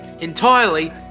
entirely